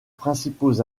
principaux